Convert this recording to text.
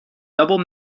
double